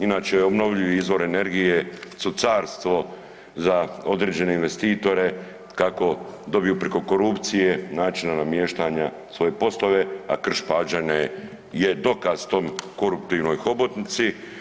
Inače obnovljivi izvor energije su carstvo za određene investitore kako dobiju preko korupcije, načina namještanja svoje poslove a Krš Pađane je dokaz tom koruptivnoj hobotnici.